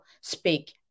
speak